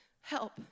help